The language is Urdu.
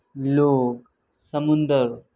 لوگ سمندر